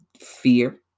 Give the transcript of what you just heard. fear